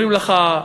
אומרים לך: